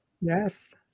Yes